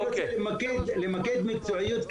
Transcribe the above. אני רוצה למקד מקצועיות,